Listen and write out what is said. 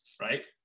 right